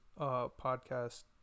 podcast